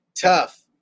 tough